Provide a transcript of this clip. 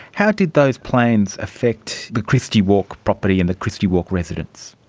how did those plans affect the christie walk property and the christie walk residents?